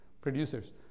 producers